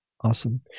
Awesome